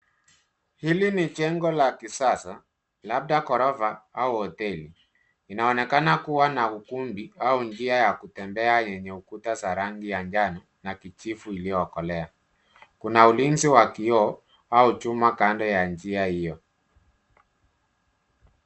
Hili ni jengo la kisasa labda ghorofa au hoteli. Inaonekana kuwa na ukumbi au njia ya kutembea yenye ukuta za rangi ya njano na kijivu iiyokolea. Kuna ulinzi wa kioo au chuma kando ya njia hiyo.